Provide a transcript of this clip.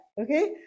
Okay